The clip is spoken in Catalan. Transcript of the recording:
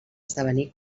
esdevenir